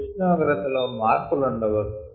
ఉష్ణోగ్రత లో మార్పులుండొచ్చు